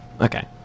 Okay